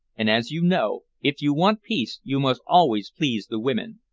and, as you know, if you want peace you must always please the women.